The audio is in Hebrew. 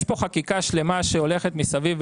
יש פה חקיקה שלמה שהולכת מסביב,